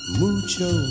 mucho